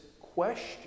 question